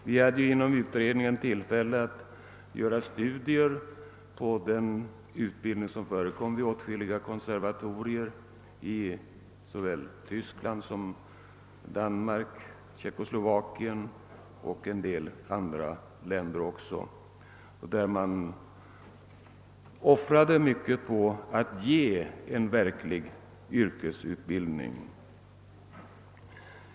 Vi hade inom utredningen tillfälle att göra studier i fråga om den utbildning som förekommer vid åtskilliga konservatorier i såväl Tyskland som Danmark, Tjeckoslovakien och andra länder. Där offrar man mycket på att ge eleverna en verklig yrkesutbildning.